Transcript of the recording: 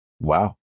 Wow